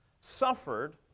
suffered